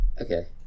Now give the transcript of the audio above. Okay